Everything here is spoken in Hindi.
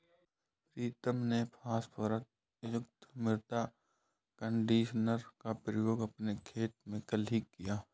प्रीतम ने फास्फोरस युक्त मृदा कंडीशनर का प्रयोग अपने खेत में कल ही किया